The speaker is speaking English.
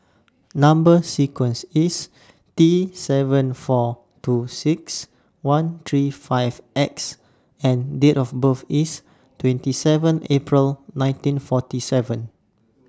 Number sequence IS T seven four two six one three five X and Date of birth IS twenty seven April nineteen forty seven